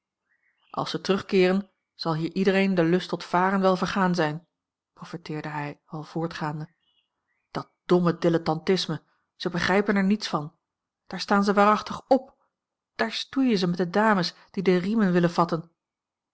als ze terugkeeren zal hier iedereen den lust tot varen wel vergaan zijn profeteerde hij al voortgaande dat domme dilettantisme ze begrijpen er niets van daar staan ze waarachtig op daar stoeien ze met de dames die de riemen willen vatten